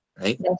Right